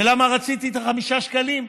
ולמה רציתי את ה-5 שקלים?